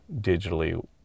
digitally